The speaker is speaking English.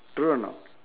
true or not